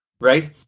right